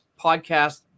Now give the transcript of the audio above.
podcast